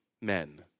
men